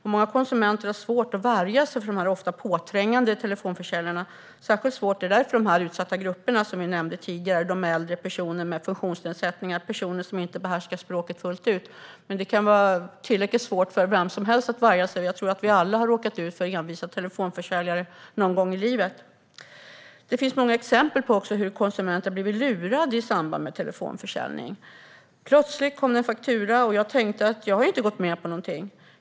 Många konsumenter har svårt att värja sig mot de ofta påträngande telefonförsäljarna. Särskilt svårt är det för de utsatta grupper som vi nämnde tidigare: äldre personer, personer med funktionsnedsättningar och personer som inte behärskar språket fullt ut. Men det kan vara tillräckligt svårt för vem som helst att värja sig. Jag tror att vi alla har råkat ut för envisa telefonförsäljare någon gång i livet. Det finns många exempel på hur konsumenter har blivit lurade i samband med telefonförsäljning: Plötsligt kom det en faktura. Jag tänkte att jag har ju inte gått med på någonting.